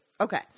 Okay